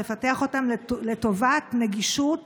אותם לטובת נגישות